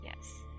yes